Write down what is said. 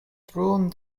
truon